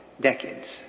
decades